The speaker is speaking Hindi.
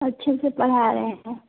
अच्छे से पढ़ा रहें हैं